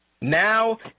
Now